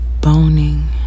boning